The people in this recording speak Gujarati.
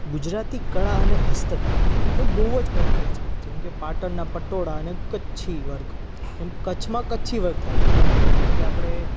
ગુજરાતી કળા અને હસ્તકળા એ બહુ જ પ્રખ્યાત છે જેમ કે પાટણના પટોળા અને કચ્છી વર્ક એમ કચ્છમાં કચ્છી વર્ક થાય છે જેમ કે આપણે